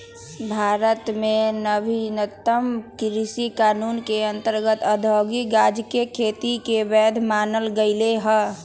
भारत में नवीनतम कृषि कानून के अंतर्गत औद्योगिक गजाके खेती के वैध मानल गेलइ ह